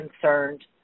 concerned